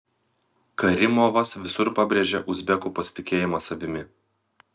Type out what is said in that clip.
karimovas visur pabrėžia uzbekų pasitikėjimą savimi